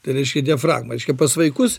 tai reiškia diafragma reiškia pas vaikus